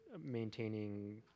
maintaining